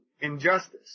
injustice